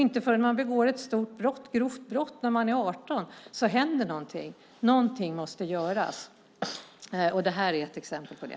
Inte förrän man begår ett stort grovt brott när man är 18 år händer det något. Någonting måste göras, och detta är ett exempel på det.